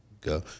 go